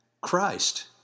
Christ